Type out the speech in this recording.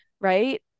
Right